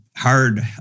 Hard